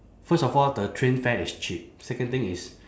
first of all the train fare is cheap second thing is